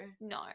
No